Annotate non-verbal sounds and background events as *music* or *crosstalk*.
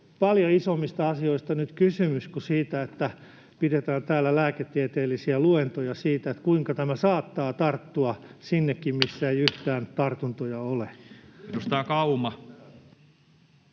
paljon isommista asioista nyt kysymys kuin siitä, että pidetään täällä lääketieteellisiä luentoja siitä, kuinka tämä saattaa tarttua sinnekin, *noise* missä ei yhtään tartuntoja ole. [Aki